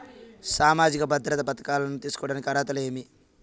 సామాజిక భద్రత పథకాలను తీసుకోడానికి అర్హతలు ఏమి?